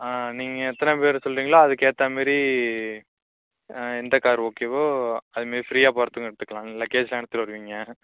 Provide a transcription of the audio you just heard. ஆ நீங்கள் எத்தனை பேர் சொல்றிங்களோ அதுக்கேற்றா மாரி எந்த கார் ஓகேவோ அது மாரி ஃபிரீயாக போகறதுக்கும் எடுத்துக்கலாம் நீங்கள் லக்கேஜ்லாம் எடுத்துகிட்டு வருவிங்க